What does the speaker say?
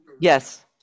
Yes